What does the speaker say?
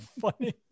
funny